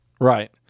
Right